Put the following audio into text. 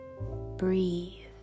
Breathe